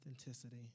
Authenticity